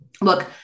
look